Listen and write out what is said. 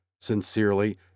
Sincerely